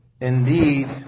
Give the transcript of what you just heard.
Indeed